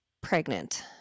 pregnant